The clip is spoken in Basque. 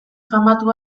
famatu